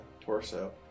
torso